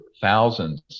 thousands